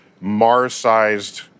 Mars-sized